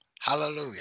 hallelujah